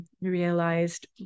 realized